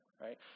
right